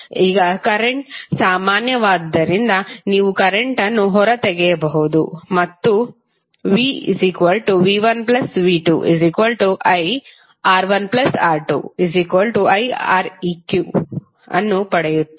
ಈಗ ಕರೆಂಟ್ ಸಾಮಾನ್ಯವಾದ್ದರಿಂದ ನೀವು ಕರೆಂಟ್ ಅನ್ನು ಹೊರತೆಗೆಯಬಹುದು ಮತ್ತು ನೀವು vv1v2iR1R2 iReqಅನ್ನು ಪಡೆಯುತ್ತೀರಿ